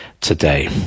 today